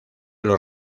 los